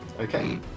Okay